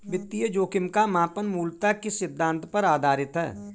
वित्तीय जोखिम का मापन मूलतः किस सिद्धांत पर आधारित है?